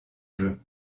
jeux